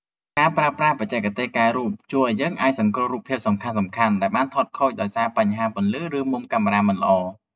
ការប្រើប្រាស់បច្ចេកទេសកែរូបជួយឱ្យយើងអាចសង្គ្រោះរូបភាពសំខាន់ៗដែលបានថតខូចដោយសារបញ្ហាពន្លឺ ឬមុំកាមេរ៉ាមិនល្អ។